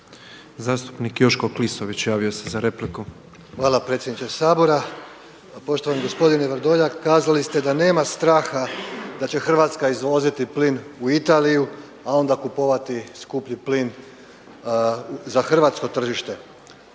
Zastupnik Joško Klisović javio se za repliku. **Klisović, Joško (SDP)** Hvala predsjedniče Sabora. Poštovani gospodine Vrdoljak kazali ste da nema straha da će Hrvatska izvoziti plin u Italiju, a onda kupovati skuplji plin za hrvatsko tržište